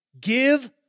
give